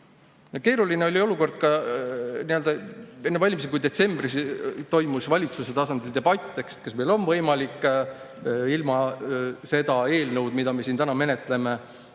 saada. Keeruline oli olukord ka enne valimisi, kui detsembris toimus valitsuse tasandil debatt, kas meil on võimalik ilma selle eelnõuta, mida me siin täna menetleme,